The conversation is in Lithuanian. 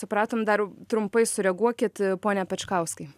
supratom dar trumpai sureaguokit pone pečkauskai